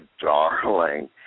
darling